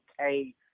okay